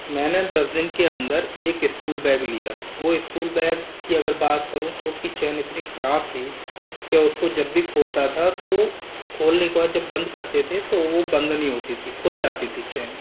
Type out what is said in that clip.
मैंने दस दिन के अंदर एक स्कूल बैग लिया वो स्कूल बैग की अगर बात करूँ तो उसकी चेन इतनी ख़राब थी के उसको जब भी खोलता था तो खोलने के बाद जब बंद करते थे तो वो बंद नहीं होती थी खुल जाती थी चैन